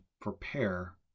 prepare